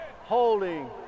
Holding